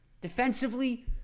Defensively